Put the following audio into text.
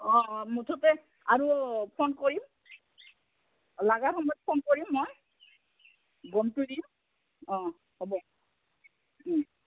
অঁ অঁ মুঠতে আৰু ফোন কৰিম লগাৰ সময়ত ফোন কৰিম মই গমটো দিম অঁ হ'ব